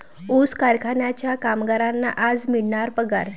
ऊस कारखान्याच्या कामगारांना आज मिळणार पगार